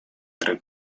tre